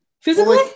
physically